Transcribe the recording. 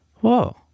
whoa